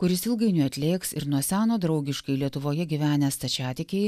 kuris ilgainiui atlėgs ir nuo seno draugiškai lietuvoje gyvenę stačiatikiai